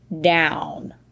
down